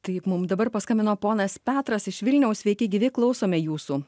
taip mum dabar paskambino ponas petras iš vilniaus sveiki gyvi klausome jūsų